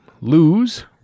Lose